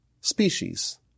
species